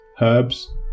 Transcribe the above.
herbs